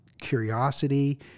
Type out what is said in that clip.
curiosity